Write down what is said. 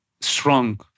strong